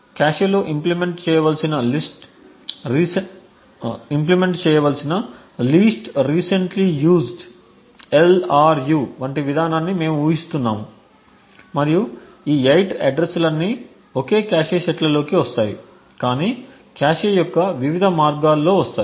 కాష్లో implement చేయవలసిన least recently used వంటి విధానాన్ని మేము ఊహిస్తాము మరియు ఈ 8 అడ్రస్ లన్నీ ఒకే కాష్ సెట్లలోకి వస్తాయి కాని కాష్ యొక్క వివిధ మార్గాల్లో వస్తాయి